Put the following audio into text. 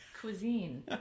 cuisine